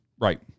Right